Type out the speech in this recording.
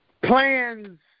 Plans